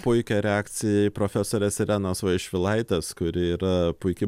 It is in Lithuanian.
puikią reakciją profesorės irenos vaišvilaitės kuri yra puiki